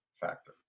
factor